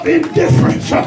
indifference